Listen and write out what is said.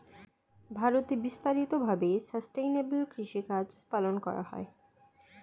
ভারতে বিস্তারিত ভাবে সাসটেইনেবল কৃষিকাজ পালন করা হয়